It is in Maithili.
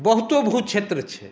बहुतो भू क्षेत्र छै